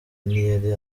ntiyari